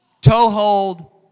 toehold